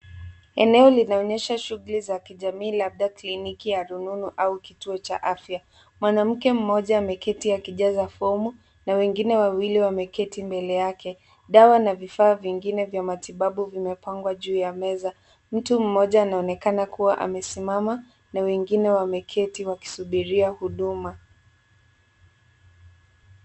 Eneo linaonyesha shughuli za kijamii labda kliniki ya rununu au kituo cha afya. Mwanamke mmoja ameketi akijaza fomu na wengine wawili wameketi mbele yake. Dawa na vifaa vingine vya matibabu vimepangwa juu ya meza. Mtu mmoja anaonekana kuwa amesimama na wengine wameketi wakisubiri huduma.